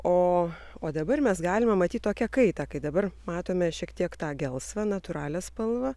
o o dabar mes galime pamatyt tokią kaitą kai dabar matome šiek tiek tą gelsvą natūralią spalvą